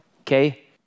okay